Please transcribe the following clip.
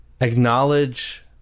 acknowledge